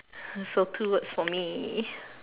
so two words for me